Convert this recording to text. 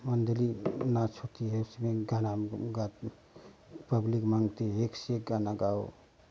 मंडली नाच होती है इसमें गाना ग पब्लिक माँगती है एक से एक गाना गाओ